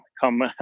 come